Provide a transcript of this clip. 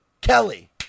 Kelly